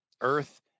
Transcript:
earth